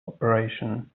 operation